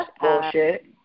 bullshit